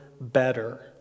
better